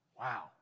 Wow